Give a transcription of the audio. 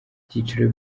ibyiciro